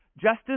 Justice